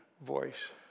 voice